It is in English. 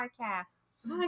podcasts